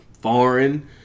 foreign